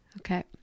Okay